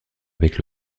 avec